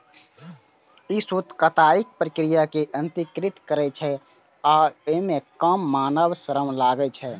ई सूत कताइक प्रक्रिया कें यत्रीकृत करै छै आ अय मे कम मानव श्रम लागै छै